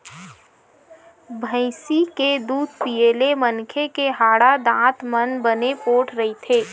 भइसी के दूद पीए ले मनखे के हाड़ा, दांत मन बने पोठ रहिथे